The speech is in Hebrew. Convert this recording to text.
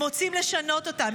הם רוצים לשנות אותם,